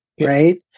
right